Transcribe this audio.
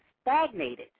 stagnated